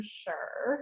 sure